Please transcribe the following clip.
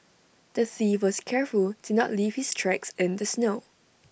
the thief was careful to not leave his tracks in the snow